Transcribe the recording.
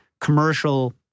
commercial